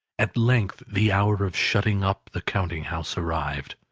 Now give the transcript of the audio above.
at length the hour of shutting up the counting-house arrived.